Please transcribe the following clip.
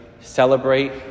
celebrate